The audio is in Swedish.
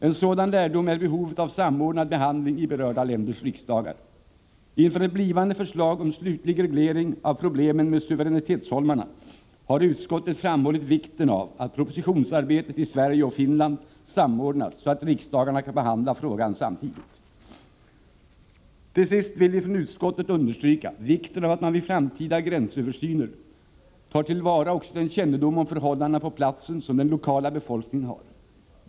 En sådan lärdom är behovet av samordnad behandling i berörda länders riksdagar. Inför ett kommande förslag om slutlig reglering av problemen med suveränitetsholmarna har utskottet framhållit vikten av att propositionsarbetet i Sverige och Finland samordnas så att riksdagarna kan behandla frågan samtidigt. Till sist vill vi från utskottet understryka vikten av att man vid framtida gränsöversyner tar till vara också den kännedom om förhållandena på platsen som den lokala befolkningen har.